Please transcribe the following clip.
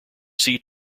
sea